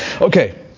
okay